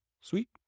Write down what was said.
Sweet